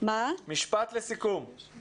רק אומר